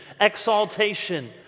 exaltation